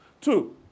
Two